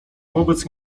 wobec